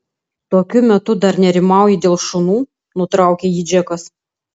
tokiu metu dar nerimauji dėl šunų nutraukė jį džekas